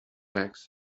legs